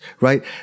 Right